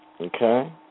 Okay